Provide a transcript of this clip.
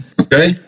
okay